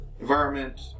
environment